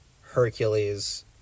Hercules